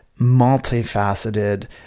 multifaceted